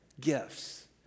gifts